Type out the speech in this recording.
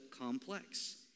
complex